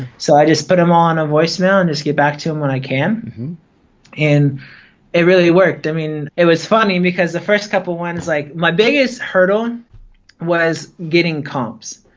so i just put them on a voicemail and just get back to them when i can and it really worked. i mean it was funny because the first couple ones, like my biggest hurdle was getting comps.